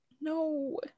No